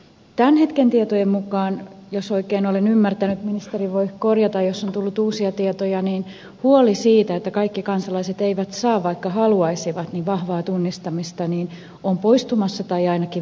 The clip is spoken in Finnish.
tämän hetken tietojen mukaan jos oikein olen ymmärtänyt ministeri voi korjata jos on tullut uusia tietoja huoli siitä että kaikki kansalaiset eivät saa vaikka haluaisivat vahvaa tunnistamista on poistumassa tai ainakin vähentynyt